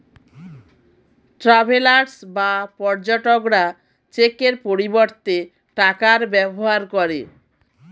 travellers বা পর্যটকরা চেকের পরিবর্তে টাকার ব্যবহার করে